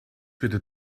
bitte